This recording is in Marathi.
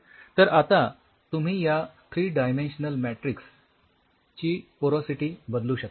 तर आता तुम्ही या थ्री डायमेन्शनल मॅट्रिक्स ची पोरॉसिटी बदलू शकता